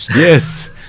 Yes